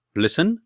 listen